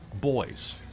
boys